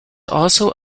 also